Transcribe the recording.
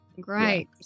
great